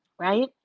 right